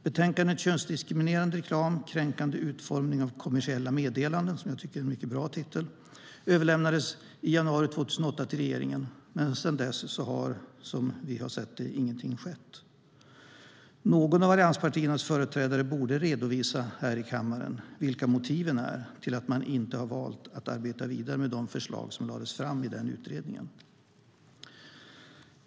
Betänkandet Könsdiskriminerande reklam - kränkande utformning av kommersiella meddelanden , vilket jag tycker är en mycket bra titel, överlämnades i januari 2008 till regeringen, men sedan dess har ingenting skett. Någon av allianspartiernas företrädare borde redovisa här i kammaren vilka motiven är till att man inte har arbetat vidare med de förslag som lades fram i den utredningen.